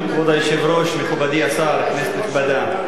כבוד היושב-ראש, מכובדי השר, כנסת נכבדה,